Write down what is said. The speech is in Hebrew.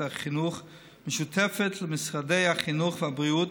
החינוך משותפת למשרדי החינוך והבריאות,